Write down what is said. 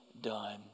done